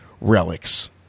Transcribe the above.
relics